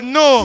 no